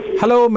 Hello